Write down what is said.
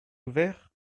ouvert